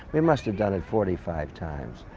we must have done it forty five times.